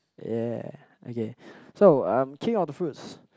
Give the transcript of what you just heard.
yea okay so um king of the fruits